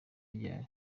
ryari